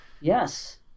Yes